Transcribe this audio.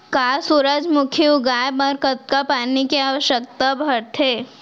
का सूरजमुखी उगाए बर लगातार पानी के आवश्यकता भरथे?